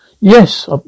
Yes